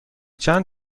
چند